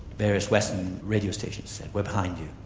various western radio stations said, we're behind you.